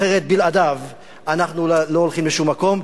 אחרת, בלעדיו, אנחנו לא הולכים לשום מקום.